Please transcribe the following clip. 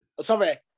sorry